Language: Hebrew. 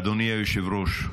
אדוני היושב-ראש,